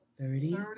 thirty